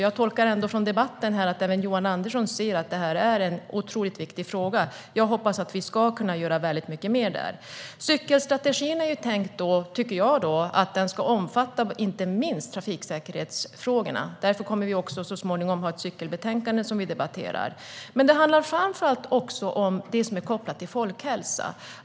Jag tolkar ändå debatten så att även Johan Andersson anser att frågan är otroligt viktig. Jag hoppas att vi kan göra mer. Jag anser att cykelstrategin ska omfatta inte minst trafiksäkerhetsfrågorna. Därför kommer vi så småningom att debattera ett cykelbetänkande. Det handlar framför allt om vad som är kopplat till folkhälsan.